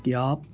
کیا آپ